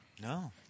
No